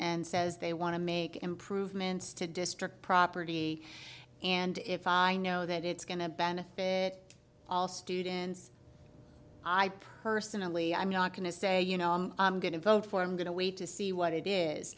and says they want to make improvements to district property and if i know that it's going to benefit all students i personally i'm not going to say you know i'm going to vote for i'm going to wait to see what it is